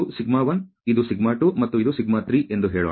ಇದು σ1 ಇದು σ2 ಮತ್ತು ಇದು σ3 ಎಂದು ಹೇಳೋಣ